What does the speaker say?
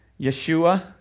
Yeshua